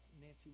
Nancy